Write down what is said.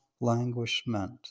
languishment